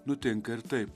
nutinka ir taip